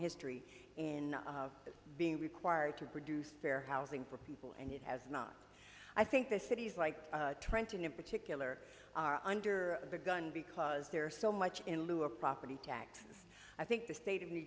history in being required to produce fair housing for people and it has not i think the cities like trenton in particular are under the gun because they're so much in lieu of property taxes i think the state of new